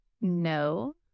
No